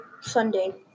Sunday